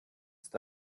ist